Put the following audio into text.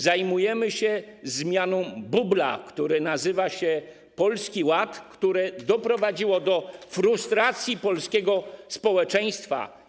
Zajmujemy się zmianą bubla, który nazywa się Polski Ład, który doprowadził do frustracji polskiego społeczeństwa.